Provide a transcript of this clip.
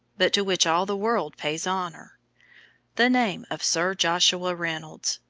but to which all the world pays honor the name of sir joshua reynolds,